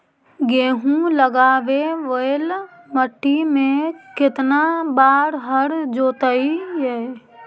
गेहूं लगावेल मट्टी में केतना बार हर जोतिइयै?